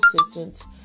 assistance